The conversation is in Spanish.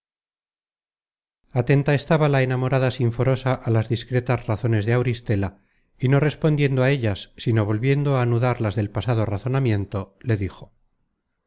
atenta estaba la enamorada sinforosa á las discretas razones de auristela y no respondiendo á ellas sino volviendo á anudar las del pasado razonamiento le dijo